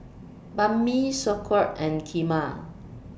Banh MI Sauerkraut and Kheema